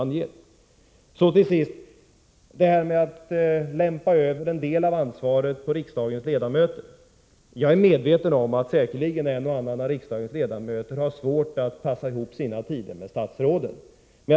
Till sist vill jag på tal om att lämpa över en del av ansvaret på riksdagens ledamöter säga att jag är medveten om att en och annan av riksdagens ledamöter säkerligen har svårt att passa ihop sina tider med statsrådens.